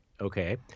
Okay